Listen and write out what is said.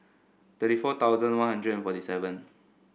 thirty four thousand One Hundred and forty seven